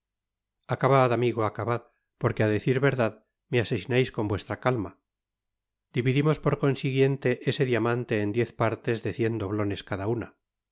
acabad amigo acabad porque á decir verdad me asesinais con vuestra calma dividimos por consiguiente ese diamante en diez partes de cien doblones cada una